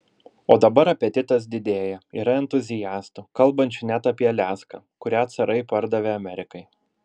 o dabar apetitas didėja yra entuziastų kalbančių net apie aliaską kurią carai pardavė amerikai